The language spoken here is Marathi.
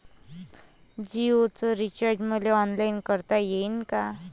जीओच रिचार्ज मले ऑनलाईन करता येईन का?